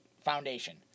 foundation